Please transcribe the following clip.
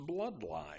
bloodline